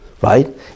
right